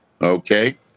okay